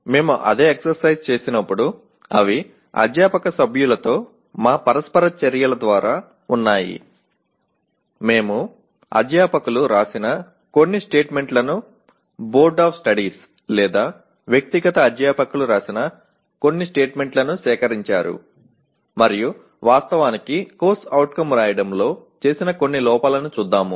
మేము అదే ఎక్సర్సైజ్ చేసినప్పుడు అవి అధ్యాపక సభ్యులతో మా పరస్పర చర్యల ద్వారా ఉన్నాయి మేము అధ్యాపకులు రాసిన కొన్ని స్టేట్మెంట్లను బోర్డ్ ఆఫ్ స్టడీస్ లేదా వ్యక్తిగత అధ్యాపకులు రాసిన కొన్ని స్టేట్మెంట్లను సేకరించారు మరియు వాస్తవానికి CO రాయడంలో చేసిన కొన్ని లోపాలను చూద్దాం